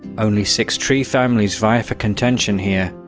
only six tree families vie for contention here,